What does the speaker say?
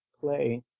play